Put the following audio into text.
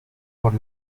por